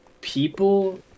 people